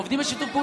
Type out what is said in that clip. עובדים בשיתוף.